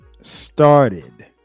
started